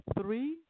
three